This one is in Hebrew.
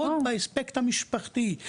לא רק באספקט המשפחתי.